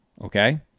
okay